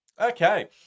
Okay